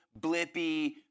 Blippi